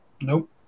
nope